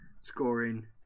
scoring